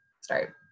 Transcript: start